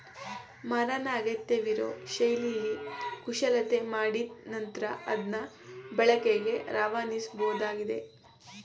ಮರನ ಅಗತ್ಯವಿರೋ ಶೈಲಿಲಿ ಕುಶಲತೆ ಮಾಡಿದ್ ನಂತ್ರ ಅದ್ನ ಬಳಕೆಗೆ ರವಾನಿಸಬೋದಾಗಿದೆ